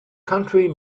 country